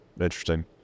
interesting